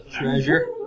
treasure